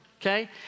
okay